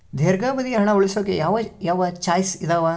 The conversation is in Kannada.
ದೇರ್ಘಾವಧಿ ಹಣ ಉಳಿಸೋಕೆ ಯಾವ ಯಾವ ಚಾಯ್ಸ್ ಇದಾವ?